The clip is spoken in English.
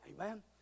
Amen